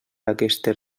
aquestes